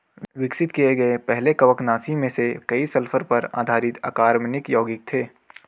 विकसित किए गए पहले कवकनाशी में से कई सल्फर पर आधारित अकार्बनिक यौगिक थे